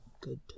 Good